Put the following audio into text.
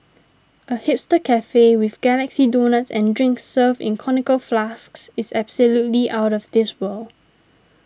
a hipster cafe with galaxy donuts and drinks served in conical flasks it's absolutely outta this world